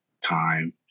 Time